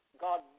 God